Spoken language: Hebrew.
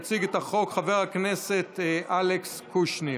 יציג את הצעת החוק חבר הכנסת אלכס קושניר,